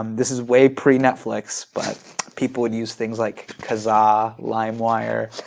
um this is way pre-netflix but people would use things like kazaa, limewire,